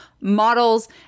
models